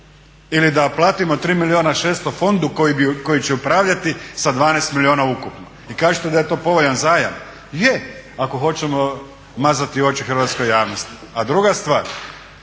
Ili da platimo 3 milijuna i 600 fondu koji će upravljati sa 12 milijuna ukupno? I kažete da je to povoljan zajam. Je, ako hoćemo mazati oči hrvatskoj javnosti. A druga stvar